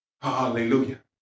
Hallelujah